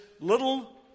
little